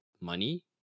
money